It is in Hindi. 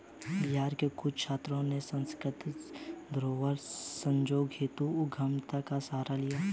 बिहार के कुछ छात्रों ने सांस्कृतिक धरोहर संजोने हेतु उद्यमिता का सहारा लिया है